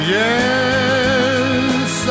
yes